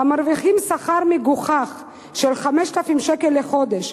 המרוויחים שכר מגוחך של 5,000 ש"ח לחודש,